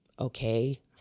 okay